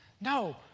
No